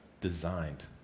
designed